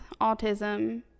autism